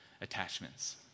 attachments